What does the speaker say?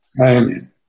Amen